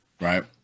right